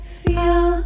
feel